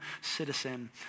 citizen